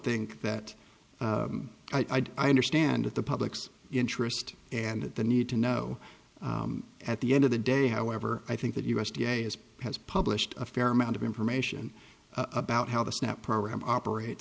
think that i do i understand that the public's interest and the need to know at the end of the day however i think that u s d a is has published a fair amount of information about how the snap program operate